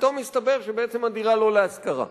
פתאום מסתבר שבעצם הדירה לא להשכרה.